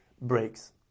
breaks